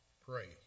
pray